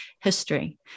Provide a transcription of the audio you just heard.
history